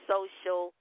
social